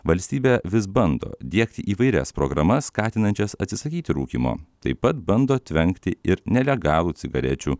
valstybė vis bando diegti įvairias programas skatinančias atsisakyti rūkymo taip pat bando tvenkti ir nelegalų cigarečių